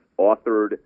authored